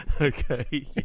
Okay